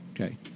Okay